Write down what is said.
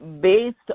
based